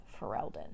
Ferelden